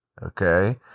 Okay